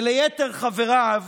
וליתר חבריו: